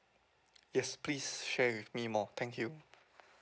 yes please share with me more thank you